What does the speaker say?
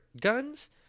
guns